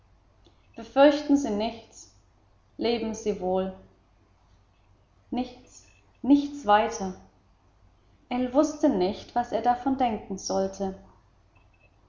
befürchten sie nichts leben sie wohl nichts nichts weiter ell wußte nicht was er davon denken sollte